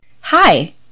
Hi